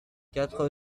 quatre